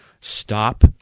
Stop